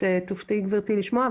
את תופתעי גברתי לשמוע,